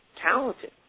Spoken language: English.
talented